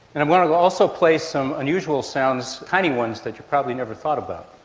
and i'm going to also play some unusual sounds, tiny ones that you probably never thought about.